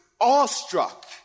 awestruck